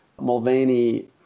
Mulvaney